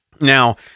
Now